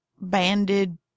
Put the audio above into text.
banded